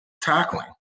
tackling